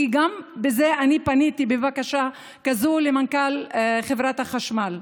וגם בבקשה כזאת אני פניתי למנכ"ל חברת החשמל.